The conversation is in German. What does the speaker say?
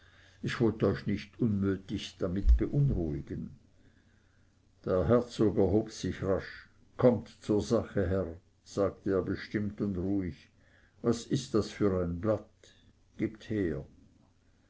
ich wollte euch nicht unnötig damit beunruhigen der herzog erhob sich rasch kommt zur sache herr sagte er bestimmt und ruhig was ist das für ein blatt gebt her